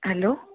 hello